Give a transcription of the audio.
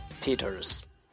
Peters